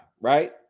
right